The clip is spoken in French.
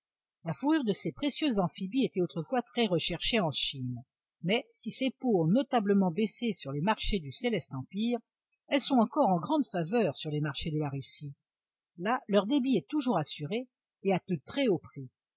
la fourrure de ces précieux amphibies était autrefois très recherchée en chine mais si ces peaux ont notablement baissé sur les marchés du céleste empire elles sont encore en grande faveur sur les marchés de la russie là leur débit est toujours assuré et à de très hauts prix